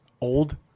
Old